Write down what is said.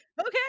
Okay